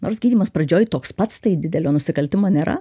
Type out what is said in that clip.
nors gydymas pradžioj toks pats tai didelio nusikaltimo nėra